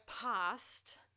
past